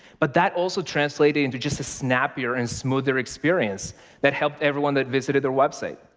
but that also translated into just a snappier and smoother experience that helped everyone that visited their website.